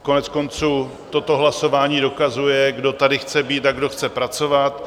Koneckonců, toto hlasování dokazuje, kdo tady chce být a kdo chce pracovat.